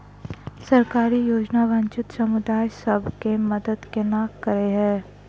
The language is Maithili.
सरकारी योजना वंचित समुदाय सब केँ मदद केना करे है?